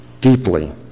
deeply